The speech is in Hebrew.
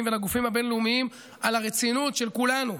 ולגופים הבין-לאומיים על הרצינות של כולנו,